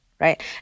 right